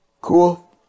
Cool